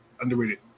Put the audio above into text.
underrated